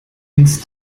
ins